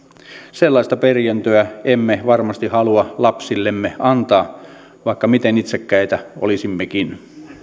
sellaista perintöä emme varmasti halua lapsillemme antaa vaikka miten itsekkäitä olisimmekin